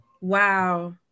Wow